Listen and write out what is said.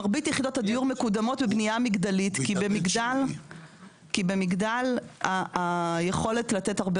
מרבית יחידות הדיור מקודמות בבנייה מגדלית כי במגדל היכולת לתת הרבה